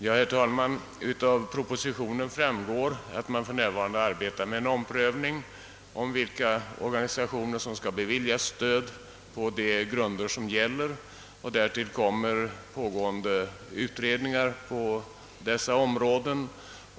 Herr talman! Av propositionen framgår att man för närvarande arbetar med en omprövning av frågan vilka organisationer som skall beviljas stöd på de grunder som gäller, och därtill kommer pågående utredningar på dessa områden.